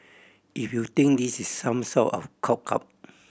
if you think this is some sort of cop